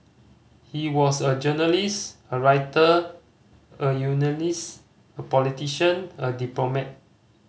he was a journalist a writer a unionist a politician a diplomat